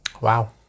Wow